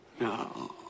No